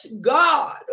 god